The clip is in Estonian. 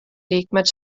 liikmed